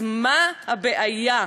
אז מה הבעיה?